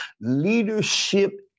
Leadership